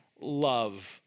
love